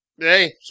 Hey